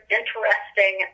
interesting